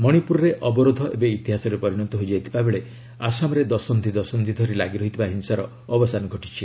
ମଣିପୁରରେ ଅବରୋଧ ଏବେ ଇତିହାସରେ ପରିଣତ ହୋଇଯାଇଥିବା ବେଳେ ଆସାମରେ ଦଶନ୍ଧି ଦଶନ୍ଧି ଧରି ଲାଗିରହିଥିବା ହିଂସାର ଅବସାନ ଘଟିଛି